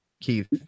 Keith